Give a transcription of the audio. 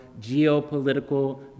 geopolitical